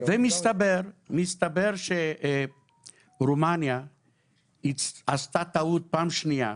ומסתבר שרומניה עשתה טעות פעם שנייה,